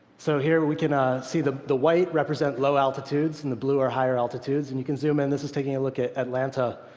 so here we can ah see the the white represents low altitudes, and the blue are higher altitudes. and you can zoom in. this is taking a look at atlanta.